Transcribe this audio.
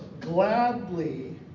gladly